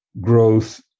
growth